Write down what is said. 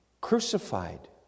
crucified